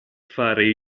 fare